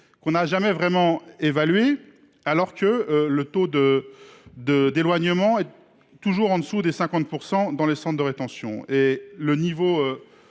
n’a jamais vraiment été évalué alors que le taux d’éloignement est toujours en dessous de 50 % dans les centres de rétention.